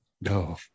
No